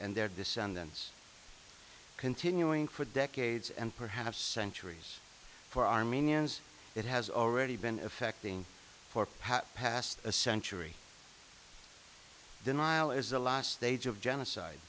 and their descendants continuing for decades and perhaps centuries for armenians it has already been affecting for power past a century denial is the last stage of genocide